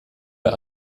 der